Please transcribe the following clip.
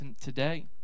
today